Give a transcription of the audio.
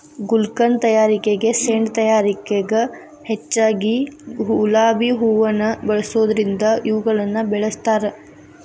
ಗುಲ್ಕನ್ ತಯಾರಿಕೆ ಸೇಂಟ್ ತಯಾರಿಕೆಗ ಹೆಚ್ಚಗಿ ಗುಲಾಬಿ ಹೂವುನ ಬಳಸೋದರಿಂದ ಇವುಗಳನ್ನ ಬೆಳಸ್ತಾರ